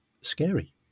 scary